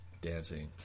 dancing